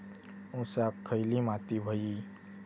ऊसाक खयली माती व्हयी?